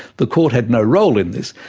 the court had no role in this.